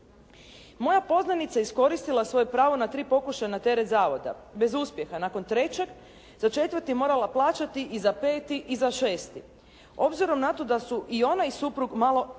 Moja poznanica je iskoristila svoje pravo na tri pokušaja na teret zavoda. Bez uspjeha nakon trećeg za četvrti je morala plaćati i za peti i za šesti. Obzirom na to da su i ona i suprug malo